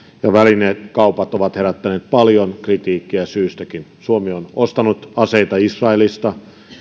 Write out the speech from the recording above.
ja välinekaupat ovat herättäneet paljon kritiikkiä syystäkin suomi on ostanut aseita israelista